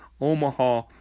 Omaha